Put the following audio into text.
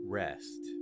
rest